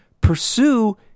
pursue